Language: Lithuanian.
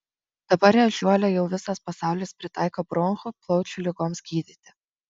dabar ežiuolę jau visas pasaulis pritaiko bronchų plaučių ligoms gydyti